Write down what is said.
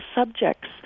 subjects